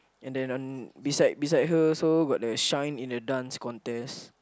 and then on beside beside her also got the shine in the Dance Contest